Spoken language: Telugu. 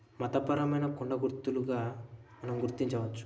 మతపరమైన కొండ గుర్తులుగా మనం గుర్తించవచ్చు